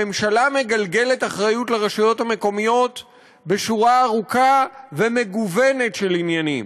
הממשלה מגלגלת אחריות לרשויות המקומיות בשורה ארוכה ומגוונת של עניינים.